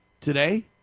Today